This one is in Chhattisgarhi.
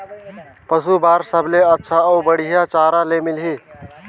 पशु बार सबले अच्छा अउ बढ़िया चारा ले मिलही?